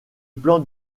plan